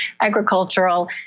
agricultural